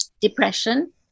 depression